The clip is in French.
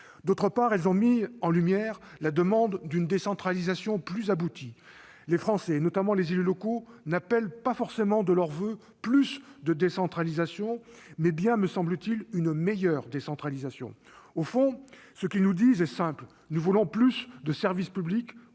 Ensuite, elles ont mis en lumière la demande d'une décentralisation plus aboutie. Les Français, notamment les élus locaux, n'appellent pas forcément de leurs voeux plus de décentralisation, mais bien, me semble-t-il, une meilleure décentralisation. Au fond, ce qu'ils nous disent est simple :« Nous voulons plus de services publics,